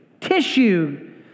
tissue